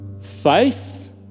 Faith